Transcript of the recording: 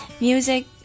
music